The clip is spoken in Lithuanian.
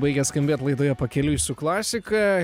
baigia skambėt laidoje pakeliui su klasika